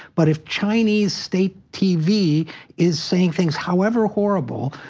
but if chinese state tv is saying things, however horrible,